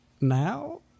now